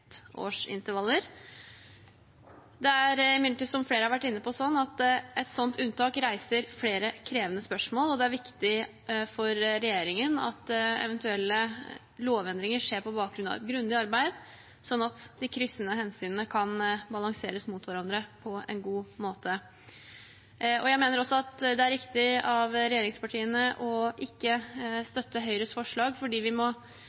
Som flere har vært inne på, reiser imidlertid et sånt unntak flere krevende spørsmål, og det er viktig for regjeringen at eventuelle lovendringer skjer på bakgrunn av et grundig arbeid, sånn at de kryssende hensynene kan balanseres mot hverandre på en god måte. Jeg mener også at det er riktig av regjeringspartiene ikke å støtte Høyres forslag, for vi må ikke bare vurdere hvordan et unntak skal utformes, men vi